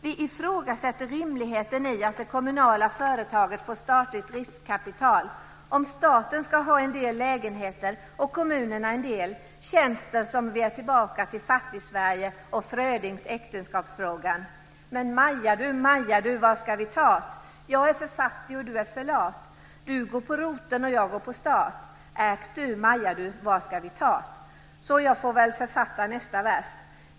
Vi ifrågasätter rimligheten i att det kommunala företaget får statligt riskkapital. Om staten ska ha en del lägenheter och kommunerna en del känns det som att vi är tillbaka till Fattigsverige och Frödings Äktenskapsfrågan. Men, Maja du, Maja du, var ska vi ta t? Jag är för fattig och du är för lat! Du går på roten och jag går på stat! Maja du! Jag får väl författa nästa vers.